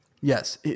Yes